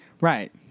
Right